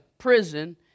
prison